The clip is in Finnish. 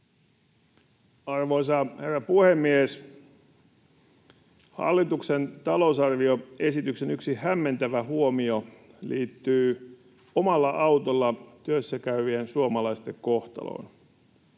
Arvoisa herra puhemies! Yksi hallituksen talousarvioesityksen hämmentävä huomio liittyy omalla autolla työssä käyvien suomalaisten kohtaloon.